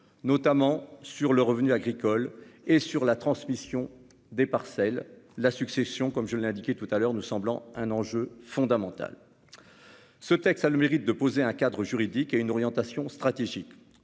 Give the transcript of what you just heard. notamment sur le revenu agricole et sur la transmission des parcelles. La succession, comme je l'ai indiqué précédemment, nous semble en effet un enjeu fondamental. Ce texte a le mérite de poser un cadre juridique et une orientation stratégique.